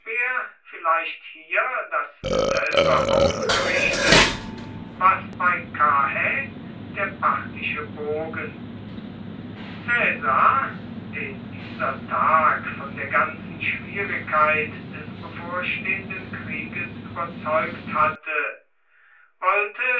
vielleicht hier dasselbe ausgerichtet was bei karrhä der parthische bogen caesar den dieser tag von der ganzen schwierigkeit des bevorstehenden krieges überzeugt hatte wollte